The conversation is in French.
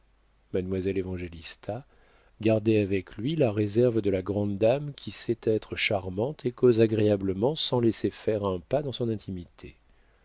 mademoiselle évangélista gardait avec lui la réserve de la grande dame qui sait être charmante et cause agréablement sans laisser faire un pas dans son intimité